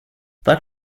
так